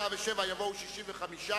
לאחר שהוצבע בקריאה שנייה,